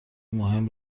مهم